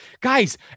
guys